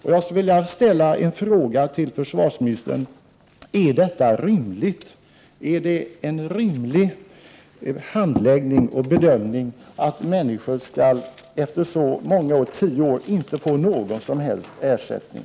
Jag vill därför ställa en fråga till försvarsministern: Är det en rimlig handläggning och bedömning att människor efter tio år inte skall ha fått någon som helst ersättning?